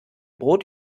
brot